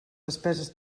despeses